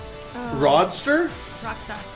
Rodster